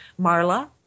marla